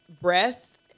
breath